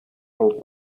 old